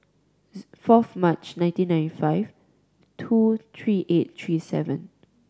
fourth March nineteen ninety five two three eight three seven